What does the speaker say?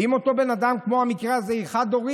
אם אותו בן אדם, כמו המקרה הזה היא חד-הורית,